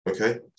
Okay